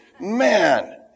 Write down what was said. Man